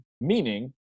meaning